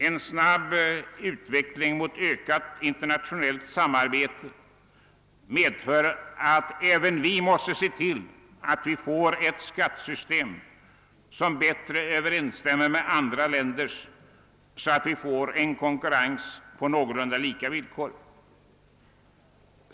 En snabb utveckling mot ökat internationellt samarbete medför att även vi måste tillse att vårt skattesystem bättre kommer att överensstämma med andra länders, så att vi får konkurrens på någorlunda lika villkor.